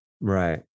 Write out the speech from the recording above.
right